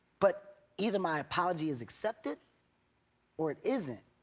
but either my apology is accepted or it isn't.